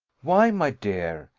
why, my dear,